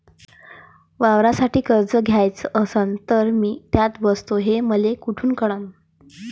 वावरासाठी कर्ज घ्याचं असन तर मी त्यात बसतो हे मले कुठ कळन?